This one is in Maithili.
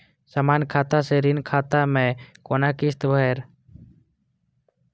समान खाता से ऋण खाता मैं कोना किस्त भैर?